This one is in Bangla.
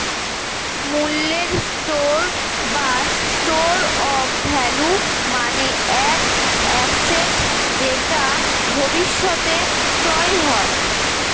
মূল্যের স্টোর বা স্টোর অফ ভ্যালু মানে এক অ্যাসেট যেটা ভবিষ্যতে ক্রয় হয়